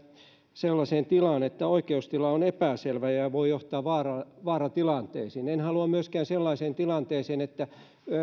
sellaiseen tilaan että oikeustila on epäselvä ja ja voi johtaa vaaratilanteisiin en halua myöskään sellaiseen tilanteeseen että